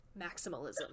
Maximalism